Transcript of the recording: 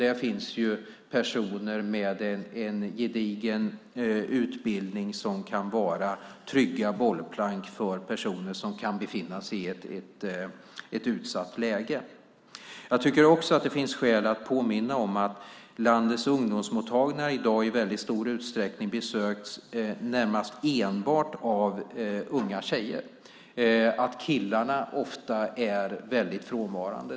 Där finns personer med gedigen utbildning som kan vara trygga bollplank för personer som kan befinna sig i ett utsatt läge. Jag tycker också att det finns skäl att påminna om att landets ungdomsmottagningar i dag i stor utsträckning besöks närmast enbart av unga tjejer. Killarna är ofta frånvarande.